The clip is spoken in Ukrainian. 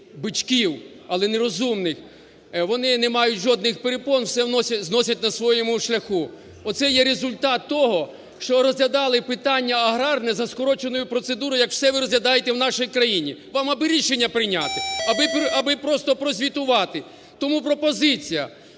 бичків, але нерозумних. Вони не мають жодних перепон, все зносять на своєму шляху. Оце є результат того, що розглядали питання аграрне за скороченою процедурою, як все ви розглядаєте в нашій країні. Вам аби рішення прийняти, аби просто прозвітувати. Тому пропозиція: